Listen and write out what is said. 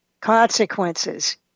consequences